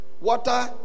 water